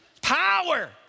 Power